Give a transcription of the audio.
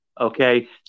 okay